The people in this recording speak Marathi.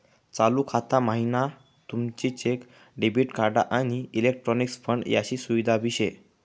चालू खाता म्हाईन तुमले चेक, डेबिट कार्ड, आणि इलेक्ट्रॉनिक फंड यानी सुविधा भी शे